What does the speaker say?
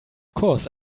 course